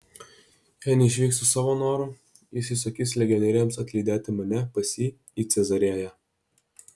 jei neišvyksiu savo noru jis įsakys legionieriams atlydėti mane pas jį į cezarėją